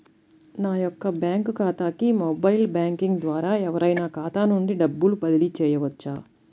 నా యొక్క బ్యాంక్ ఖాతాకి మొబైల్ బ్యాంకింగ్ ద్వారా ఎవరైనా ఖాతా నుండి డబ్బు బదిలీ చేయవచ్చా?